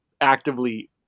actively